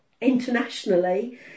internationally